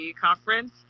conference